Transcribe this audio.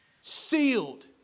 sealed